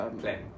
plan